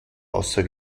außer